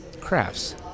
crafts